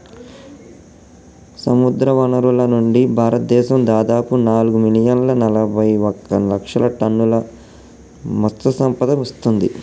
సముద్రవనరుల నుండి, భారతదేశం దాదాపు నాలుగు మిలియన్ల నలబైఒక లక్షల టన్నుల మత్ససంపద ఇస్తుంది